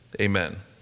Amen